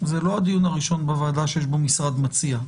זה לא הדיון הראשון בוועדה שיש בו משרד מציע.